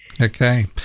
Okay